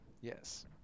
yes